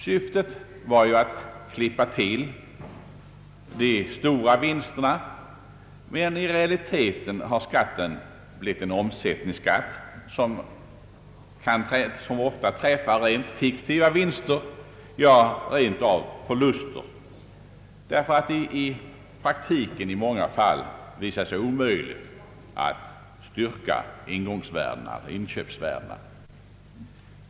Syftet var ju att »klippa till» de stora vinsterna, men i realiteten har skatten blivit en omsättningsskatt som ofta träffar rent fiktiva vinster — ja, rent av förluster — därför att det i praktiken i många fall visat sig omöjligt att styrka « inköpsvärdena.